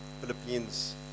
Philippines